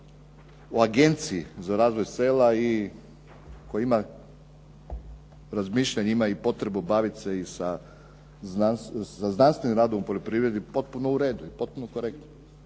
o agenciji za razvoj sela koji ima razmišljanje, ima i potrebu baviti se sa znanstvenim radom u poljoprivredi. Potpuno u redu i potpuno korektno.